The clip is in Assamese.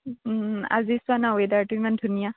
আজি চোৱানা ওৱেদাৰটো ইমান ধুনীয়া